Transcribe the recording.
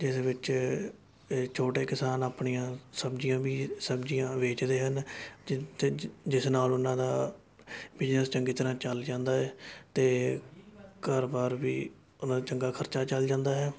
ਜਿਸ ਵਿੱਚ ਛੋਟੇ ਕਿਸਾਨ ਆਪਣੀਆਂ ਸਬਜ਼ੀਆਂ ਵੀ ਸਬਜ਼ੀਆਂ ਵੇਚਦੇ ਹਨ ਜਿਸ ਨਾਲ ਉਹਨਾਂ ਦਾ ਬਿਜਨਸ ਚੰਗੀ ਤਰ੍ਹਾਂ ਚੱਲ ਜਾਂਦਾ ਹੈ ਅਤੇ ਘਰ ਬਾਰ ਵੀ ਉਹਨਾਂ ਦਾ ਚੰਗਾ ਖਰਚਾ ਚੱਲ ਜਾਂਦਾ ਹੈ